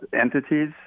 entities